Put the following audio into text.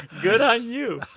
good on you.